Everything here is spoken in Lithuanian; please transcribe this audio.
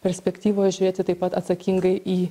perspektyvoje žiūrėti taip pat atsakingai į